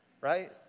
Right